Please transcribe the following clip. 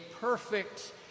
perfect